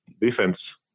Defense